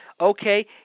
Okay